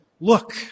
look